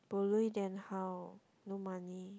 bo lui then how no money